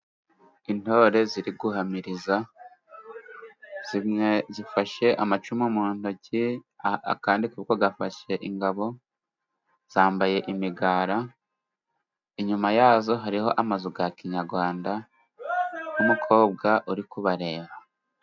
Intore ziri guhamiriza, zimwe zifashe amacumu mu ntoki, akandi kaboko gafashe ingabo, zambaye imigara, inyuma yazo hariho amazu ya Kinyarwanda, n'umukobwa uri kubareba.